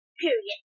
period